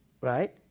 right